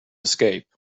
escape